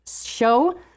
show